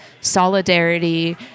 solidarity